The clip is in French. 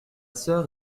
sœur